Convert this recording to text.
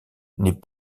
n’est